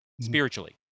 spiritually